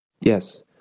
Yes